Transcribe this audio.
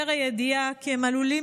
אך איומה יותר היא הידיעה כי הם עלולים